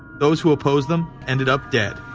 those who opposed them ended up dead.